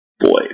Boy